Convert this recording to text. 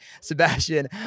Sebastian